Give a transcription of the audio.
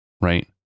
right